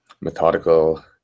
methodical